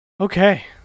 Okay